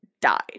died